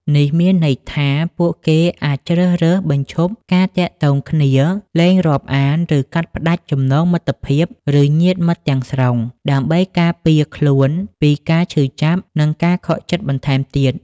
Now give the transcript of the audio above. នេះមានន័យថា ពួកគេអាចជ្រើសរើសបញ្ឈប់ការទាក់ទងគ្នា លែងរាប់អាន ឬកាត់ផ្តាច់ចំណងមិត្តភាព ឬញាតិមិត្តទាំងស្រុង ដើម្បីការពារខ្លួនពីការឈឺចាប់ និងការខកចិត្តបន្ថែមទៀត។